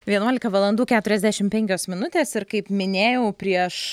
vienuolika valandų keturiasdešim penkios minutės ir kaip minėjau prieš